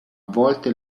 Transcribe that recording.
volte